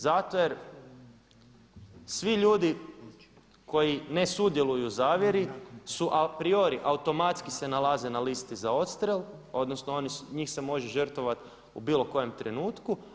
Zato jer svi ljudi koji ne sudjeluju u zavjeri su a priori, automatski se nalaze na listi za odstrjel, odnosno njih se može žrtvovati u bilo kojem trenutku.